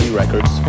records